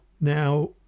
Now